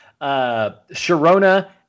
Sharona